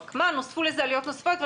אבל נוספו לזה עלויות נוספות.